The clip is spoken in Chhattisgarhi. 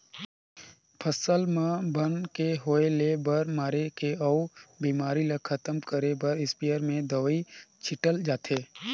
फसल म बन के होय ले बन मारे के अउ बेमारी ल खतम करे बर इस्पेयर में दवई छिटल जाथे